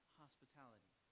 hospitality